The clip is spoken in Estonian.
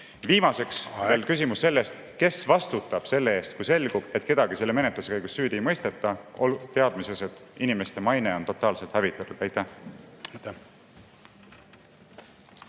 Viimasena on küsimus selle kohta, kes vastutab selle eest, kui selgub, et kedagi selle menetluse käigus süüdi ei mõisteta, aga inimeste maine on totaalselt hävitatud. Aitäh!